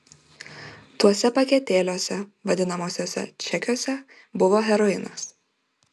tuose paketėliuose vadinamuosiuose čekiuose buvo heroinas